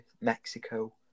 Mexico